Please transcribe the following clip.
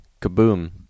kaboom